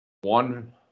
One